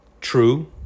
true